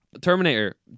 Terminator